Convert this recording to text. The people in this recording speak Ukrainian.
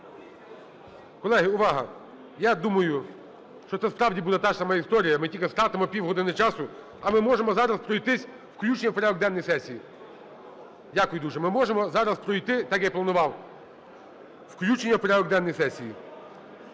Колеги, увага! Я думаю, що це справді буде та ж сама історія, ми тільки втратимо півгодини часу. А ми можемо зараз пройтись "включення в порядок денний сесії". Дякую дуже. Ми можемо зараз пройти, так я планував, "включення в порядок денний сесії".